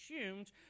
assumed